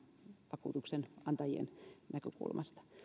vakuutuksenantajien näkökulmasta